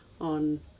on